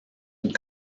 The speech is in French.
une